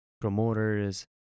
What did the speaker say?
promoters